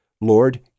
Lord